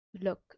look